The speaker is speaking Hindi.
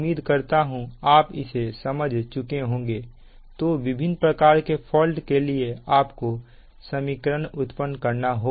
उम्मीद करता हूं आप इसे समझ चुके होंगे तो विभिन्न प्रकार के फॉल्ट के लिए आपको समीकरण उत्पन्न करना होगा